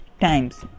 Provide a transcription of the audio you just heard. times